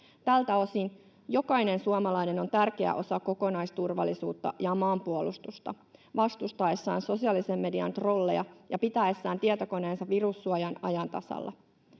Tältä osin jokainen suomalainen on tärkeä osa kokonaisturvallisuutta ja maanpuolustusta vastustaessaan sosiaalisen median trolleja ja pitäessään tietokoneensa virussuojan ajan tasalla.